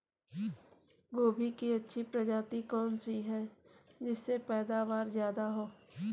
गोभी की अच्छी प्रजाति कौन सी है जिससे पैदावार ज्यादा हो?